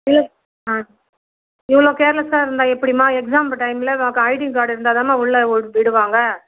ஆ இவ்வளோ கேர்லெஸ்ஸாக இருந்தால் எப்படிம்மா எக்ஸாம்மு டைம்மில் உனக்கு ஐடி கார்டு இருந்தால் தான் மா உள்ளே விடு விடுவாங்க